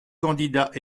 candidats